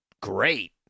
great